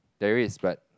there is but